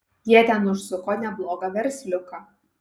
jie ten užsuko neblogą versliuką